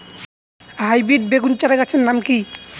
Hybrid বেগুন চারাগাছের নাম কি?